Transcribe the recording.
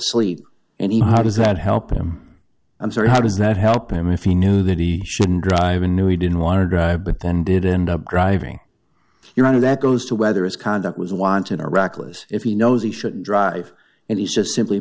sleep and how does that help him i'm sorry how does that help him if he knew that he shouldn't drive and knew he didn't want to drive but then did it end up driving your honor that goes to whether his conduct was wanton or reckless if he knows he shouldn't drive and he's just simply